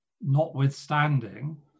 notwithstanding